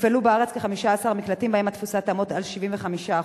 יפעלו בארץ כ-15 מקלטים, שהתפוסה בהם תהיה כ-75%.